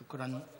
שוכרן.